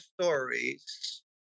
stories